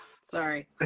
Sorry